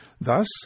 Thus